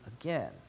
again